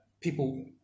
people